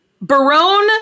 Barone